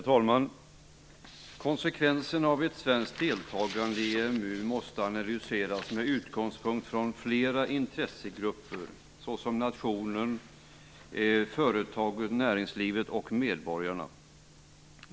Herr talman! Konsekvenserna av ett svenskt deltagande i EMU måste analyseras med utgångspunkt från flera intressegrupper såsom nationen, företagen, näringslivet och medborgarna.